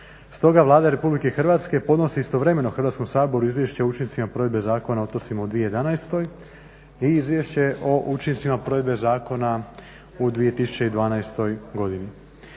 Stoga Vlada RH podnosi istovremeno Hrvatskom saboru izvješće o učincima provedbe Zakona o otocima